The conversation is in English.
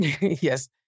Yes